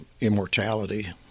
immortality